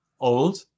old